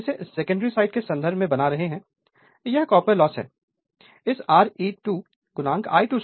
लेकिन हम इसे सेकेंडरी साइड के संदर्भ में बना रहे हैं यह कॉपर लॉस है इस Re2 I22 और यह Re2 है